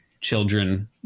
children